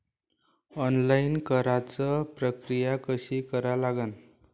Online कराच प्रक्रिया कशी करा लागन?